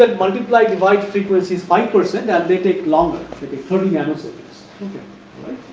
ah multiply divide frequency is five percent that may take longer, that is thirty nano seconds alright.